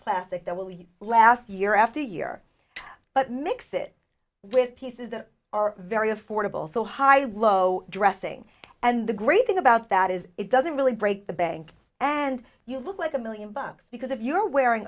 plastic that will you last year after year but mix it with pieces that are very affordable so high low dressing and the great thing about that is it doesn't really break the bank and you look like a million bucks because if you're wearing